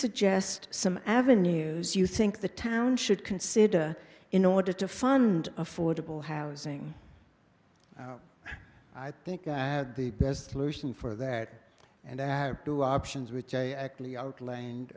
suggest some avenues you think the town should consider in order to fund affordable housing i think i had the best solution for that and add two options which i actually outl